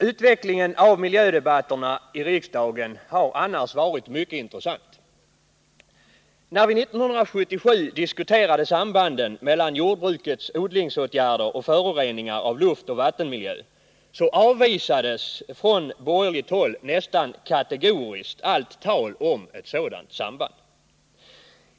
Utvecklingen av miljödebatterna i riksdagen har varit mycket intressant. När vi år 1977 diskuterade sambanden mellan jordbrukets odlingsåtgärder och föroreningar av luftoch vattenmiljö så avvisades från borgerligt håll nästan kategoriskt allt tal om ett sådant samband.